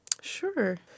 Sure